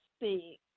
see